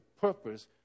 purpose